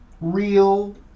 real